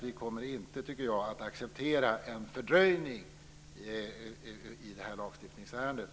Vi kommer inte att acceptera en fördröjning i lagstiftningsärendet.